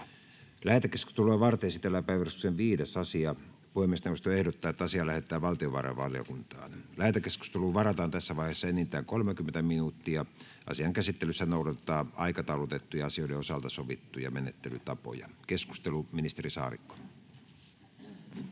Lähetekeskustelua varten esitellään päiväjärjestyksen 5. asia. Puhemiesneuvosto ehdottaa, että asia lähetetään valtiovarainvaliokuntaan. Lähetekeskusteluun varataan tässä vaiheessa enintään 30 minuuttia. Asian käsittelyssä noudatetaan aikataulutettujen asioiden osalta sovittuja menettelytapoja. — Keskustelu, ministeri Saarikko.